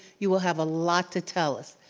you will have a lot to tell us.